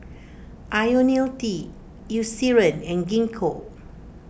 Ionil T Eucerin and Gingko